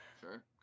Sure